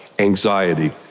Anxiety